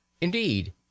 indeed